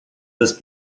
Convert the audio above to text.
this